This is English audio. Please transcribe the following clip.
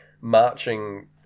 marching